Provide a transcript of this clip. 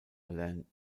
alain